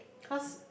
because